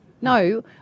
No